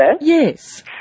Yes